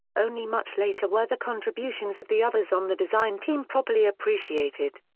only much later were the contributions of the others on the design team properly appreciated.